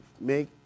make